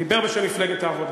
דיבר בשם מפלגת העבודה.